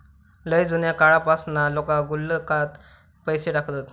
लय जुन्या काळापासना लोका गुल्लकात पैसे टाकत हत